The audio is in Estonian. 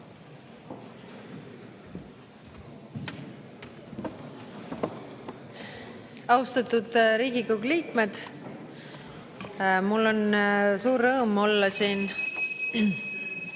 Austatud Riigikogu liikmed! Mul on suur rõõm olla siin